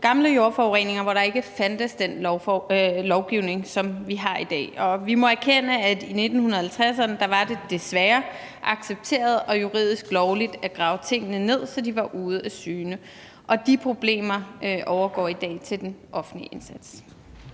gamle jordforureninger, hvor der ikke fandtes den lovgivning, som vi har i dag. Vi må erkende, at i 1950'erne var det desværre accepteret og juridisk lovligt at grave tingene ned, så de var ude af syne, og de problemer overgår i dag til den offentlige indsats.